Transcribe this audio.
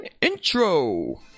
intro